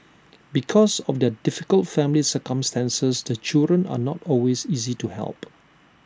because of their difficult family circumstances the children are not always easy to help